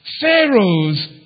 Pharaoh's